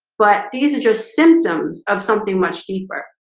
but these are just symptoms of something much deeper,